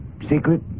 secret